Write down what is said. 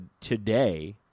today